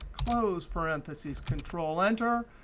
close parentheses, control enter.